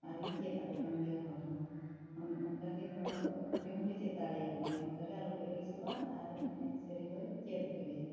ᱟᱨᱤᱧ ᱪᱮᱫ ᱟᱠᱚ ᱠᱟᱱ ᱜᱮᱭᱟ ᱦᱚᱲ ᱦᱚᱸ ᱚᱱᱮ ᱚᱱᱠᱟ ᱜᱮ ᱱᱚᱶᱟ ᱫᱚ ᱟᱯᱮ ᱦᱚᱸᱯᱮ ᱪᱮᱫ ᱫᱟᱲᱮᱭᱟᱜ ᱜᱮᱭᱟ ᱚᱱᱠᱟ ᱜᱮ ᱟᱞᱚᱯᱮ ᱟᱹᱲᱤᱥᱚᱜᱼᱟ ᱟᱨ ᱮᱱᱮᱡ ᱥᱮᱨᱮᱧ ᱫᱚᱭ ᱪᱮᱫ ᱯᱮᱜᱮ